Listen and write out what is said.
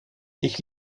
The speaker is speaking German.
ich